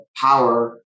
power